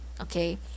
okay